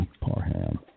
Parham